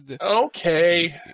Okay